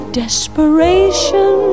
desperation